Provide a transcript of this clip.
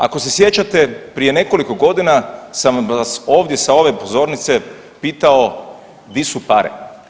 Ako se sjećate prije nekoliko godina sam vas ovdje sa ove pozornice pitao di su pare.